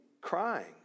crying